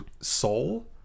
soul